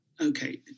okay